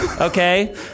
Okay